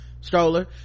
stroller